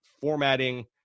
formatting